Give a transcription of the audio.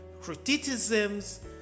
criticisms